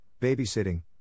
babysitting